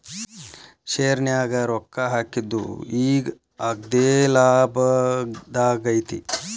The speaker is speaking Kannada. ಶೆರ್ನ್ಯಾಗ ರೊಕ್ಕಾ ಹಾಕಿದ್ದು ಈಗ್ ಅಗ್ದೇಲಾಭದಾಗೈತಿ